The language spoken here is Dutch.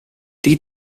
die